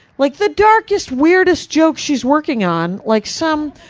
like the darkest, weirdest joke she's working on, like some,